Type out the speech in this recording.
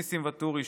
ניסים ואטורי,